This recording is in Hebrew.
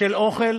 של אוכל.